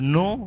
no